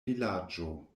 vilaĝo